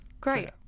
Great